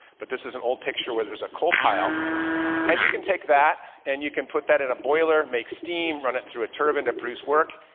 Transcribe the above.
but this is an old picture where there's a coal pile and you can take that and you can put that in a boiler, make steam, run it through a turbine to produce work.